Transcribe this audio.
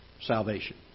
salvation